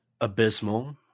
abysmal